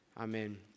amen